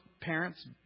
parents